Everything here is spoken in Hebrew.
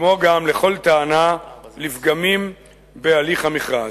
כמו גם לכל טענה לפגמים בהליך המכרז.